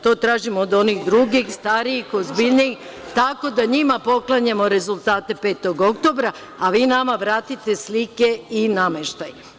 To tražimo od onih drugih starijih, ozbiljnijih tako da njima poklanjamo rezultate 5. oktobra, a vi nama vratite slike i nameštaj.